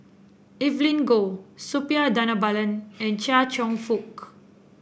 Evelyn Goh Suppiah Dhanabalan and Chia Cheong Fook